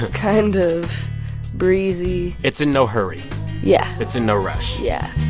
kind of breezy. it's in no hurry yeah it's in no rush yeah.